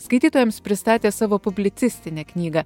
skaitytojams pristatė savo publicistinę knygą